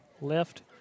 left